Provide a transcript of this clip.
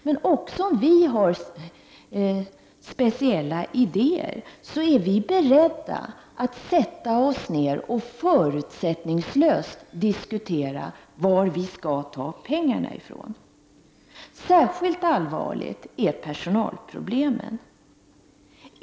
Men även om vi har speciella idéer är vi beredda att sätta oss ned för att förutsättningslöst diskutera varifrån pengarna skall tas. Särskilt allvarliga är personalproblemen.